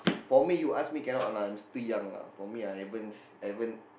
for me you ask me cannot lah I'm still young lah for me I haven't s~ I haven't